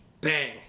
Bang